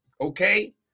okay